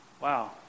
Wow